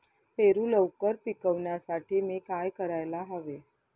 पेरू लवकर पिकवण्यासाठी मी काय करायला हवे?